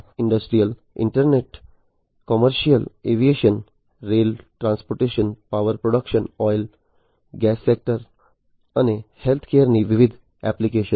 industrial internet commercial aviation rail transportation power production oil અને gas sector અને હેલ્થકેરની વિવિધ એપ્લિકેશનો